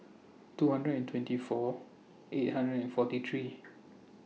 two hundred and twenty four eight hundred and forty three